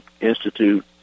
institute